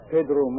Pedro